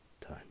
time